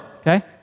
okay